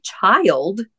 child